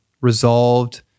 resolved